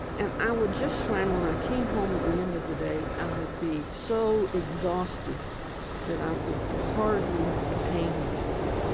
and i would just find when i came home at the end of the day, i would be so exhausted that i could hardly contain myself.